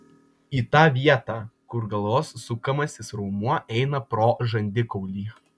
į tą vietą kur galvos sukamasis raumuo eina pro žandikaulį